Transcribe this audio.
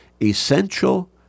essential